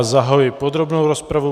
Zahajuji podrobnou rozpravu.